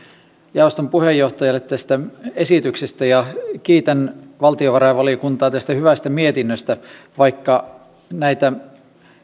jaoston puheenjohtajalle tästä esityksestä ja kiitän valtiovarainvaliokuntaa tästä hyvästä mietinnöstä vaikka näitä